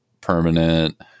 permanent